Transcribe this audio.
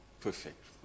perfect